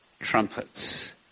Trumpets